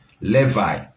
Levi